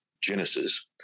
genesis